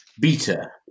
Beta